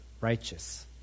righteous